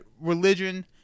religion